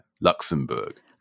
luxembourg